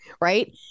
right